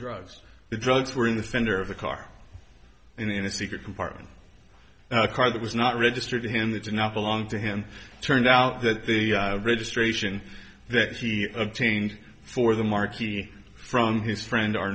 drugs the drugs were in the fender of the car in a secret compartment a car that was not registered to him that you're not belong to him turned out that the registration that he obtained for the marquis from his friend our